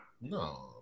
No